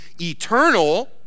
eternal